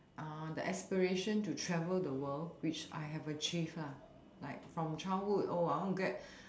uh the aspiration to travel the world which I have achieved lah like from childhood oh I want get